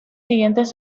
siguientes